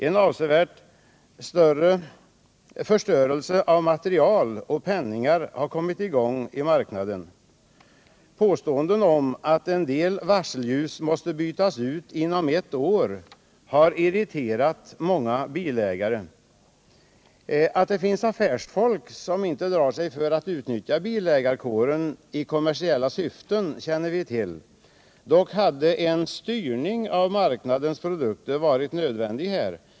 En avsevärd förstörelse av material och penningar har kommit i gång i marknaden. Påståenden om att en del varselljus måste bytas ut inom ett år har irriterat många bilägare. Att det finns affärsfolk som inte drar sig för att utnyttja bilägarkåren i kommersiella syften känner vi till. En styrning av marknadens produkter hade nog varit nödvändig här.